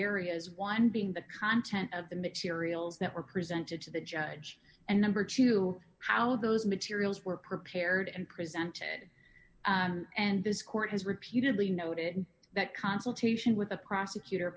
areas one being the content of the materials that were presented to the judge and number two how those materials were prepared and presented and this court has repeatedly noted that consultation with the prosecutor